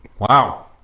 Wow